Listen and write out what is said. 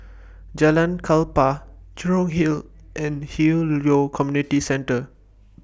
Jalan Klapa Jurong Hill and Hwi Yoh Community Centre